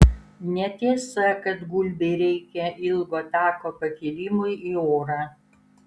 netiesa kad gulbei reikia ilgo tako pakilimui į orą